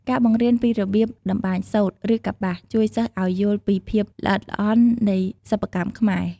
ការបង្រៀនពីរបៀបតម្បាញសូត្រ ឬកប្បាស ជួយសិស្សឱ្យយល់ពីភាពល្អិតល្អន់នៃសិប្បកម្មខ្មែរ។